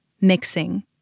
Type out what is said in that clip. mixing